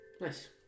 Nice